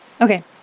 Okay